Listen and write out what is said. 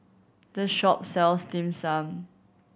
this shop sells Dim Sum